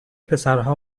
پسرها